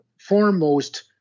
foremost